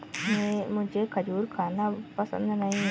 मुझें खजूर खाना पसंद नहीं है